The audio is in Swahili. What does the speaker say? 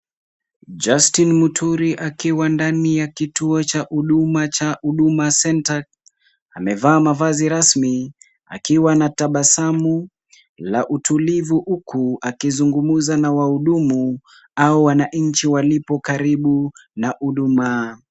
Justin Muturi akiwa ndani ya kituo cha huduma cha huduma center . Amevaa mavazi rasmi akiwa na tabasamu la utulivu huku akizungumza na wahudumu au wananchi walipo karibu na huduma.